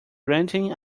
ranting